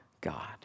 God